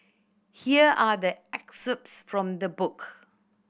here are the excerpts from the book